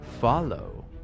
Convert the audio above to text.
Follow